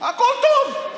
הכול טוב.